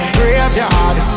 graveyard